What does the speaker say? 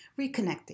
reconnecting